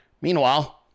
Meanwhile